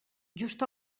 just